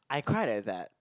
I cried at that